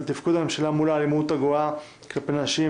קביעת ועדה לדיון בהצעה לסדר-היום בנושא: